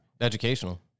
Educational